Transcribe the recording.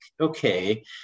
okay